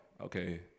okay